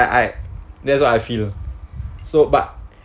I I that's what I feel so but